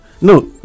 no